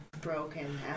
broken